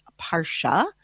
Parsha